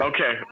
Okay